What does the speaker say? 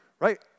Right